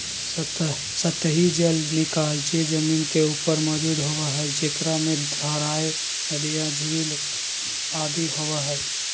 सतही जल निकाय जे जमीन के ऊपर मौजूद होबो हइ, जेकरा में धाराएँ, नदियाँ, झील आदि होबो हइ